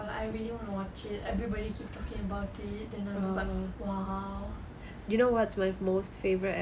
but I really want to watch it everybody keep talking about it then I'm just like !wow!